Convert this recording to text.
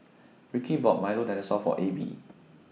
Ricky bought Milo Dinosaur For Ab